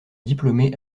diplômée